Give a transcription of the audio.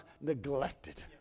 neglected